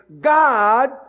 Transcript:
God